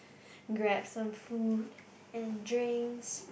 grab some food and drinks